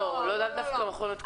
לא, לאו דווקא מכון התקנים.